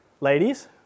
ladies